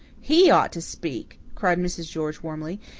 he ought to speak, cried mrs. george warmly.